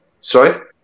Sorry